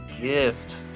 gift